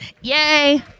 yay